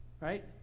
Right